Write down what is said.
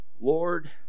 Lord